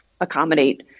accommodate